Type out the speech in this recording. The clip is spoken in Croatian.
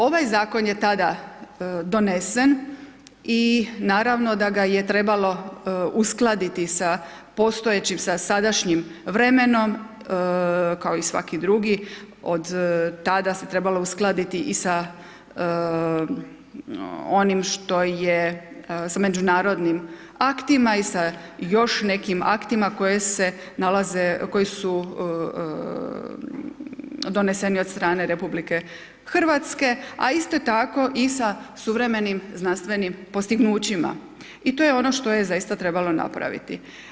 Ovaj zakon je tada donesen i naravno da ga je trebalo uskladiti sa postojećim sa sadašnjim vremenom, kao i svaki drugi od tada se trebalo uskladiti i sa onim što je sa međunarodnim aktima i sa još nekim aktima koji su doneseni od strane RH a isto tako i sa suvremenim znanstvenim postignućima i to je ono što je zaista trebalo napraviti.